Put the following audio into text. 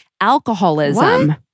alcoholism